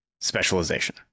specialization